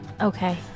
Okay